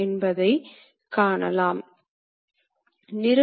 எனவே துல்லியமான இயக்கிகள் தேவை